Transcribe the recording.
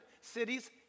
cities